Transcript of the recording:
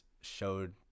showed